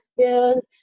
skills